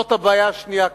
וזאת הבעיה השנייה הקשה.